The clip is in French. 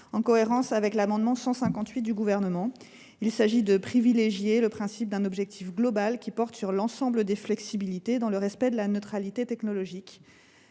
en cohérence avec l’amendement n° 158. Il s’agit de privilégier le principe d’un objectif global qui porte sur l’ensemble des flexibilités, dans le respect de la neutralité technologique.